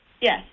Yes